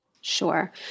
Sure